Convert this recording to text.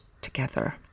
together